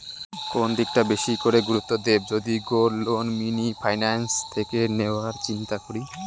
কোন দিকটা বেশি করে গুরুত্ব দেব যদি গোল্ড লোন মিনি ফাইন্যান্স থেকে নেওয়ার চিন্তা করি?